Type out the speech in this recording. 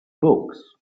books